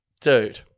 Dude